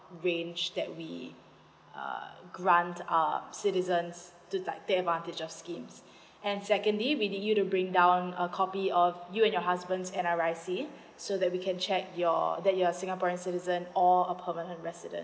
range that we uh grant uh citizens to like take advantage of schemes and secondly we need you to bring down a copy of you and your husband's N_R_I_C so that we can check your that you're singaporean citizen or a permanent resident